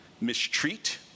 mistreat